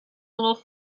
little